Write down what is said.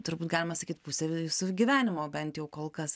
turbūt galima sakyt pusę jūsų gyvenimo bent jau kol kas